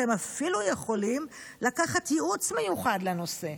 אתם אפילו יכולים לקחת ייעוץ מיוחד לנושא.